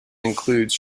includes